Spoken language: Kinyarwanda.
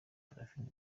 parfine